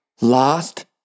lost